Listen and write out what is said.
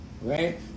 right